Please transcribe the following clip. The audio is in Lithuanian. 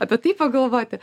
apie tai pagalvoti